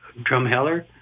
Drumheller